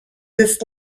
this